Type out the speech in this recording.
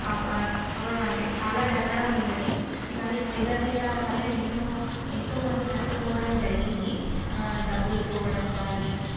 అ అంటే చాలా జరగడం ఉన్నది ఇవన్నీ సైబర్ నేరాల వల్ల ఎన్నో ఎంతోమంది నష్టపోవడం జరిగింది డబ్బులు పోవడం కానీ